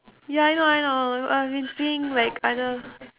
ya I know I know I've been seeing like other